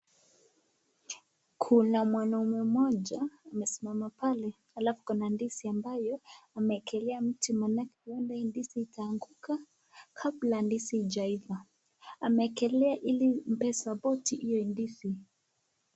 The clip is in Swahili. Kuna mwanaume moja amesimama pale alfu kuna ndizi ambayo amewekelea mti manake uenda hii dizi itanguka kabla ndizi ijaifaa, amewekelea hili asapoti hiyo ndizi.